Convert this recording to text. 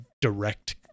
direct